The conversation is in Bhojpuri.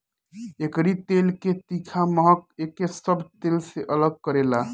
एकरी तेल के तीखा महक एके सब तेल से अलग करेला